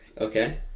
okay